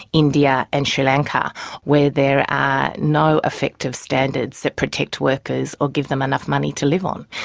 india and sri lanka where there are no effective standards that protect workers or give them enough money to live on.